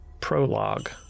Prologue